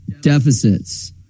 deficits